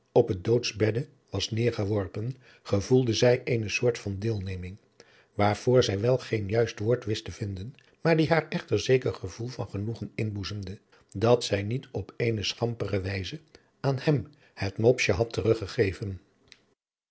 op het doodsbedde was neêrgeworpen gevoelde zij eene soort van deelneming waarvoor zij wel geen juist woord wist te vinden maar die haar echter zeker gevoel van genoegen inboezemde dat zij niet op eene schamadriaan loosjes pzn het leven van hillegonda buisman pere wijze aan hem het mopsje had teruggegeven